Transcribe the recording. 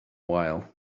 wael